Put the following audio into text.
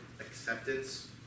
acceptance